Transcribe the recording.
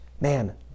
man